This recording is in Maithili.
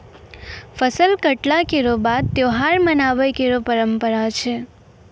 फसल कटला केरो बाद त्योहार मनाबय केरो परंपरा छै